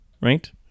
right